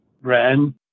ran